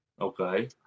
okay